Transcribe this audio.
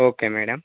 okay madam